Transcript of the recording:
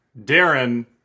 Darren